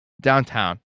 downtown